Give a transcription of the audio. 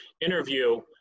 interview